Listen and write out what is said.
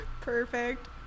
Perfect